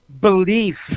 belief